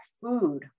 food